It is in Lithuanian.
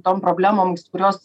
tom problemomis kurios